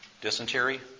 dysentery